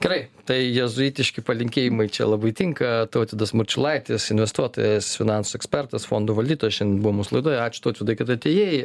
gerai tai jėzuitiški palinkėjimai čia labai tinka tautvydas marčiulaitis investuotojas finansų ekspertas fondų valdytojas šiandien buvo mūsų laidoje ačiū tautvydai kad atėjai